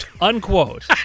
Unquote